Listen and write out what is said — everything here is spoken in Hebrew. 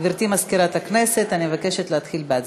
גברתי מזכירת הכנסת, אני מבקשת להתחיל בהצבעה.